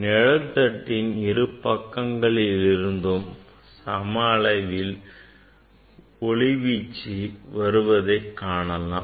நிழல் தட்டின் இரு பக்கங்களில் இருந்தும் சம அளவில் ஒளி வீச்சு வருவதை காணலாம்